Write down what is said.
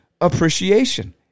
appreciation